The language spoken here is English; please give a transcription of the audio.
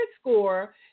score